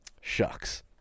shucks